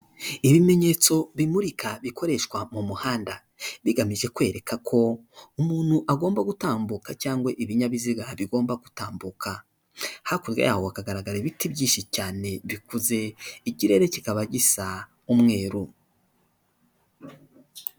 Ibimenyetso bimurika bikoreshwa mu muhanda, bigamije kwereka ko umuntu agomba gutambuka cyangwa ibinyabiziga bigomba gutambuka, hakurya y'aho hakagaragara ibiti byinshi cyane bikuze ikirere kikaba gisa umweru.